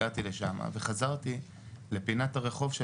הגעתי לשמה וחזרתי לפינת הרחוב.